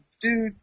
dude